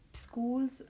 schools